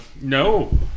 No